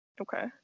Okay